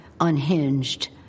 unhinged